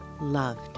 loved